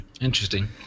interesting